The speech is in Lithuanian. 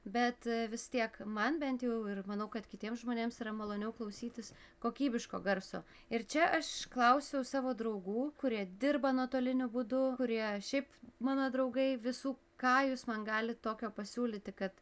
bet vis tiek man bent jau ir manau kad kitiems žmonėms yra maloniau klausytis kokybiško garso ir čia aš klausiau savo draugų kurie dirba nuotoliniu būdu kurie šiaip mano draugai visų ką jūs man galit tokio pasiūlyti kad